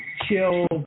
chill